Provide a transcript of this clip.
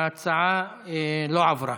ההצעה לא עברה.